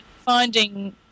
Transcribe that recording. Finding